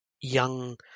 young